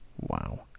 Wow